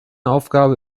aufgabe